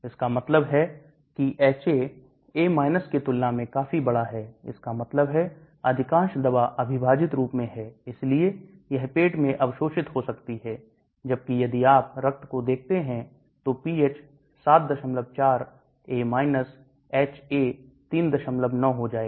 इसका मतलब है कि HA A की तुलना में काफी बड़ा है इसका मतलब है अधिकांश दवा अविभाजित रूप में है इसलिए यह पेट में अवशोषित हो सकती है जबकि यदि आप रक्त को देखते हैं तो pH 74 A HA 39 हो जाएगा